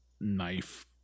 knife